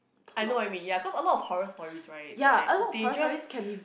I know what you mean ya cause a lot of horror stories right like they just